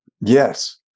yes